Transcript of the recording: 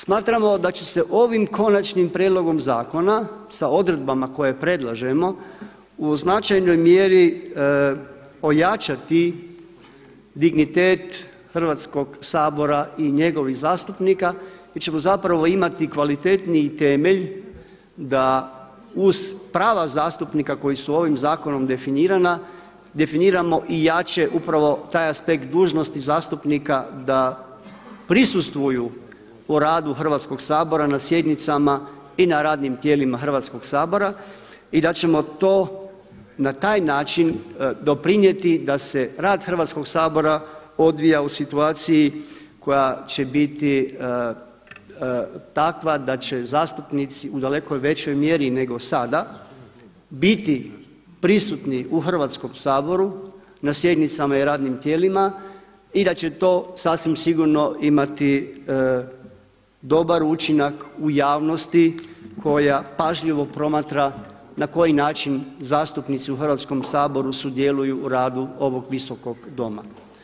Smatramo da će se ovim konačnim prijedlogom zakona sa odredbama koje predlažemo u značajnoj mjeri ojačati dignitet Hrvatskog sabora i njegovih zastupnika gdje ćemo zapravo imati kvalitetniji temelj da uz prava zastupnika koji su ovim zakonom definirana, definiramo i jače upravo taj aspekt dužnosti zastupnika da prisustvuju u radu Hrvatskoga sabora na sjednicama i na radnim tijelima Hrvatskoga sabora i da ćemo to na taj način doprinijeti da se rad Hrvatskoga sabora odvija u situaciji koja će biti takva da će zastupnici u daleko većoj mjeri nego sada biti prisutni u Hrvatskom saboru, na sjednicama i radnim tijelima i da će to sasvim sigurno imati dobar učinak u javnosti koja pažljivo promatra na koji način zastupnici u Hrvatskom saboru sudjeluju u radu ovog Visokog doma.